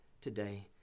today